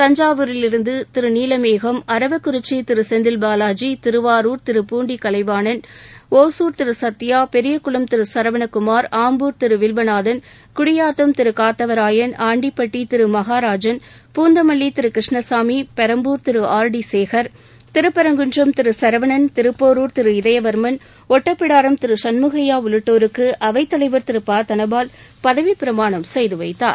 தஞ்சாவூரிலிருந்து Thiru Neelamegam Aravakurichi Thiru Senthil Balaji Thiruvarur Thiru Poondi Kalaivanan Hosur Thiru Sathya Periyakulam Thiru Saravanakumar Ambur Thiru Vilvanathan Gudiyattam Andipatti Thiru Maharajan Poonamallee Thiru Krishnasamy Perambur Thiru R T Sekar Thiruparankundram Thiruporur Thiru Idhayavarman Ottapidaram Thiru Shanmugaiah உள்ளிட்டோருக்கு அவைத் தலைவர் திரு ப தனபால் பதவிப் பிரமாணம் செய்துவைத்தார்